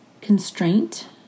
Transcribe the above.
constraint